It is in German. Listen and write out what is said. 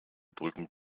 brücken